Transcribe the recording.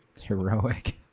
Heroic